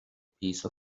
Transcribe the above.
piece